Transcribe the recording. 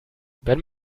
wenn